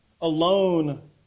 Alone